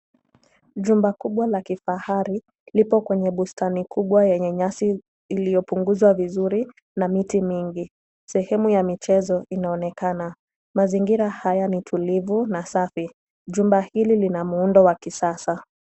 Jumba kubwa la kifahari lipo kwenye bustani kubwa yenye nyasi iliyopunguza vizuri na miti mingi, sehemu ya kichezo inaonekana, mazingira haya ni tulivu na safi, jumba hili ni la muundo wa kisasa.